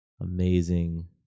amazing